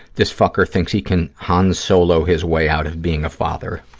this fucker thinks he can han solo his way out of being a father.